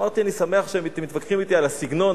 אמרתי: אני שמח שאתם מתווכחים אתי על הסגנון,